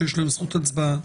שיש הם זכות הצבעה,